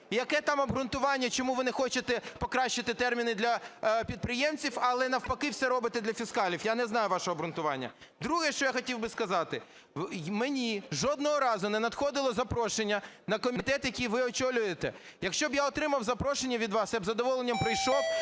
яке там обґрунтування, чому ви не хочете покращити терміни для підприємців, але навпаки все робите для фіскалів. Я не знаю ваше обґрунтування. Друге, що я хотів би сказати. Мені жодного разу не надходило запрошення на комітет, який ви очолюєте. Якщо я б отримав запрошення від вас, я б із задоволенням прийшов